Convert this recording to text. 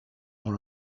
dans